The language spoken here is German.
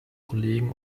kollegen